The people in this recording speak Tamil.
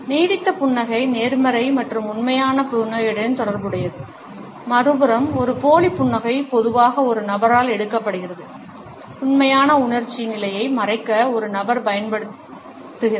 நீடித்த புன்னகை நேர்மறை மற்றும் உண்மையான புன்னகையுடன் தொடர்புடையது மறுபுறம் ஒரு போலி புன்னகை பொதுவாக ஒரு நபரால் எடுக்கப்படுகிறது உண்மையான உணர்ச்சி நிலையை மறைக்க ஒரு நபர் பயன்படுத்துகிறார்